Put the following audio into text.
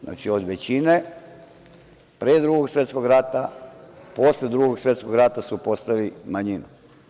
Znači, od većine pre Drugog svetskog rata, posle Drugog svetskog rata su postali manjina.